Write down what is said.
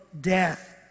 Death